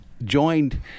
Joined